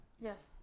yes